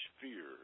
fear